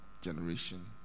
generation